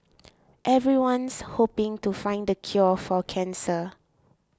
everyone's hoping to find the cure for cancer